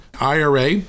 IRA